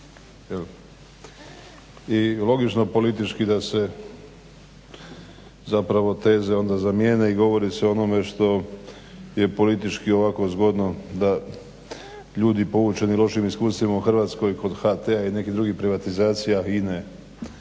I logično politički da se teze zapravo onda zamijene i govori se o onome što je politički ovako zgodno da ljudi povučeni lošim iskustvima u Hrvatskoj kod HT-a i nekih drugih privatizacija Ine ili